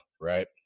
Right